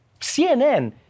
CNN